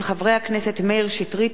של חברי הכנסת מאיר שטרית,